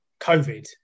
COVID